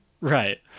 right